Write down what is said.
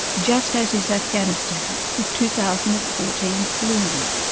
just as is afghanistan with two thousand and fourteen looming.